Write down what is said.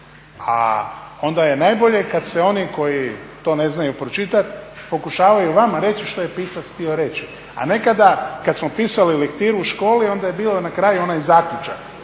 A onda je najbolje kad se oni koji to ne znaju pročitati pokušavaju vama reći što je pisac htio reći. A nekada kad smo pisali lektiru u školi onda je bio na kraju onaj zaključak.